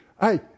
Hey